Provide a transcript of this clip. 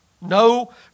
No